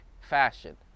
fashion